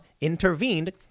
intervened